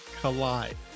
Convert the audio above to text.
collide